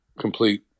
complete